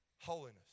holiness